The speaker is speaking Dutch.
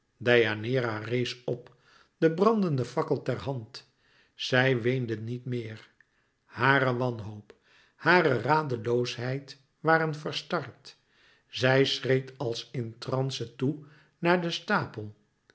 deianeira rees op de brandende fakkel ter hand zij weende niet meer hare wanhoop hare radeloosheid waren verstard zij schreed als in transe toe naar den stapel